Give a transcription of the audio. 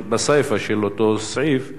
בסיפא של אותו סעיף,